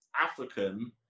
African